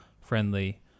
friendly